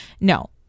No